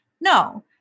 No